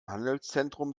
handelszentrum